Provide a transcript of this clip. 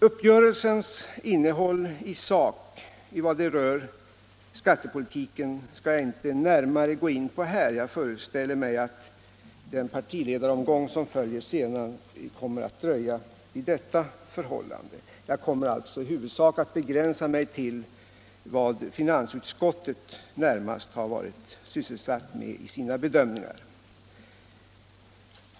Uppgörelsens innehåll i sak i vad den rör skattepolitiken skall jag inte här närmare kommentera. Jag föreställer mig att den partiledaromgång som följer senare kommer att dröja vid dessa förhållanden. Jag kommer alltså i huvudsak att begränsa mig till vad finansutskottet varit sysselsatt med i sina bedömningar.